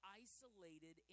isolated